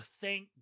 thank